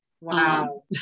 Wow